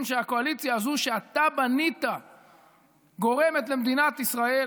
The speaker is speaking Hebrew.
שהקואליציה הזו שאתה בנית גורמת למדינת ישראל,